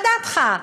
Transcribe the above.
מה דעתך?